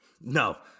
no